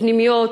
פנימיות,